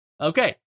okay